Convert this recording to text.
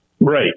Right